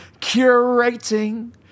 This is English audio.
curating